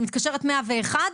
היא מתקשרת 101,